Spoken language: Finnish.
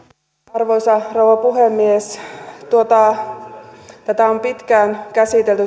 arvoisa rouva puhemies tätä aloitetta on pitkään käsitelty